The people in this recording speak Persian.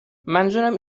منظورم